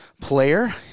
player